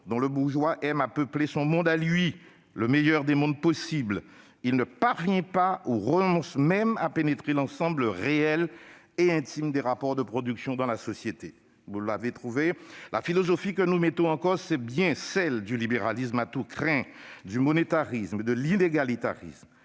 dont le bourgeois aime à peupler son monde à lui, le meilleur des mondes possibles », et ce parce qu'elle ne parvient pas ou renonce même à « pénétrer l'ensemble réel et intime des rapports de production dans la société. » Vous aurez trouvé de quel auteur il s'agit ... La philosophie que nous mettons en cause est bien celle du libéralisme à tous crins, du monétarisme et de l'inégalitarisme